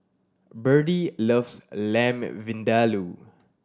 Berdie loves Lamb Vindaloo